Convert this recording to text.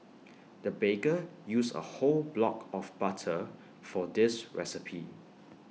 the baker used A whole block of butter for this recipe